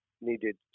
needed